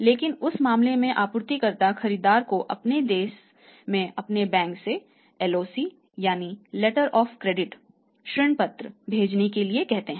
लेकिन उस मामले में आपूर्तिकर्ता खरीदार को अपने देश में अपने बैंक से एलओसी ऋण पत्र भेजने के लिए कहते हैं